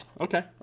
Okay